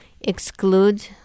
exclude